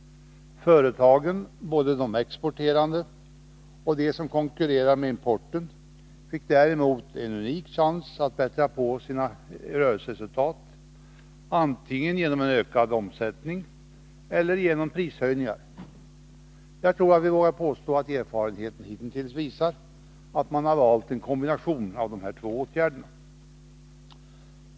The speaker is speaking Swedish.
Företagen, både de exporterande och de som konkurrerar med importen, har däremot fått en unik chans att bättra på sina rörelseresultat, antingen genom ökad omsätttning eller genom prishöjningar. Jag tror att jag vågar påstå att erfarenheten hittills visar på en kombination av de två åtgärderna.